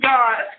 God